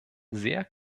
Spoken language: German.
sehr